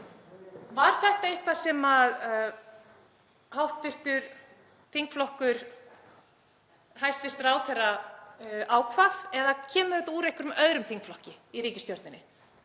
Var þetta eitthvað sem þingflokkur hæstv. ráðherra ákvað eða kemur þetta úr einhverjum öðrum þingflokki í ríkisstjórninni?